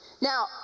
Now